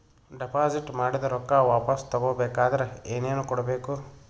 Deposit ಮಾಡಿದ ರೊಕ್ಕ ವಾಪಸ್ ತಗೊಬೇಕಾದ್ರ ಏನೇನು ಕೊಡಬೇಕು?